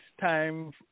time